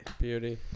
beauty